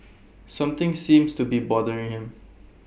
something seems to be bothering him